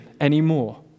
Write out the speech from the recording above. anymore